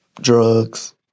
drugs